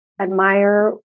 admire